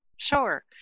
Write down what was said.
Sure